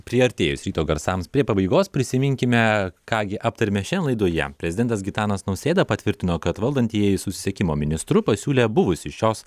priartėjus ryto garsams prie pabaigos prisiminkime ką gi aptarėme šiandien laidoje prezidentas gitanas nausėda patvirtino kad valdantieji susisiekimo ministru pasiūlė buvusį šios